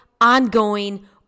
ongoing